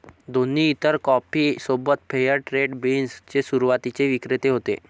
दोन्ही इतर कॉफी सोबत फेअर ट्रेड बीन्स चे सुरुवातीचे विक्रेते होते